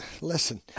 Listen